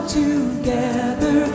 together